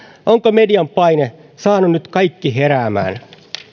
onko median paine saanut nyt kaikki heräämään